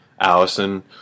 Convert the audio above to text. Allison